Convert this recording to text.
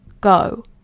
go